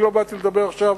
אני לא באתי עכשיו לדבר עכשיו